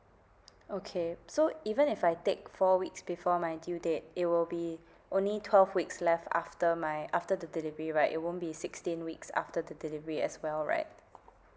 okay so even if I take four weeks before my due date it will be only twelve weeks left after my after the delivery right it won't be sixteen weeks after the delivery as well right